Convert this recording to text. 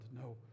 no